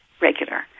regular